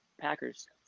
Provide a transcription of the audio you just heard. Packers